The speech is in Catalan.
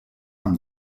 amb